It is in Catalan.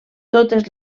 totes